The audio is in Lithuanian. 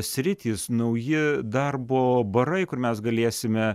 sritys nauji darbo barai kur mes galėsime